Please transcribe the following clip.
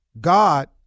God